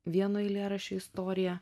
vieno eilėraščio istorija